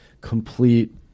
complete